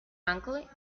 uncle